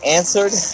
answered